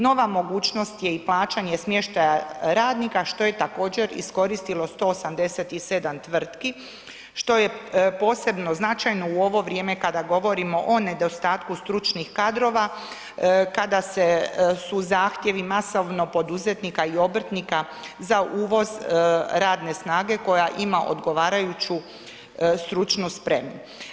Nova mogućnost je i plaćanje smještaja radnika što je također iskoristilo 187 tvrtki što je posebno značajno u ovo vrijeme kada govorimo o nedostatku stručnih kadrova, kada su zahtjevi masovno poduzetnika i obrtnika za uvoz radne snage koja ima odgovarajuću stručnu spremu.